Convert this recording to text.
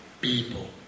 people